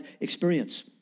experience